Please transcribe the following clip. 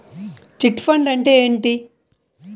Chit fund అంటే ఏంటి?